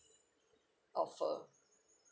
of a